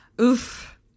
Oof